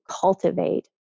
cultivate